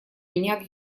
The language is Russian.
меня